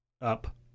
up